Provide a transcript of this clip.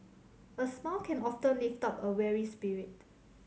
a smile can often lift up a weary spirit